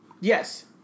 yes